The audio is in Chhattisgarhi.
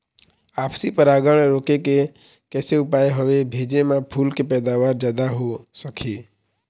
आपसी परागण रोके के कैसे उपाय हवे भेजे मा फूल के पैदावार जादा हों सके?